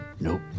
Nope